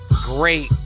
great